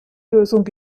lösung